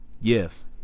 Yes